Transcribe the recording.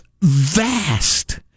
vast